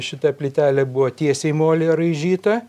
šita plytelė buvo tiesiai molyje raižyta